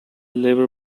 labour